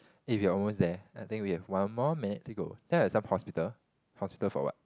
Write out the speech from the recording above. eh we're almost there I think we have one more minute to go ya like some hospital hospital for what